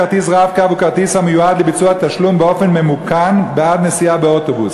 כרטיס "רב-קו" הוא כרטיס המיועד לביצוע תשלום בעד נסיעה באוטובוס